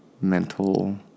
mental